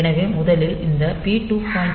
எனவே முதலில் இந்த பி 2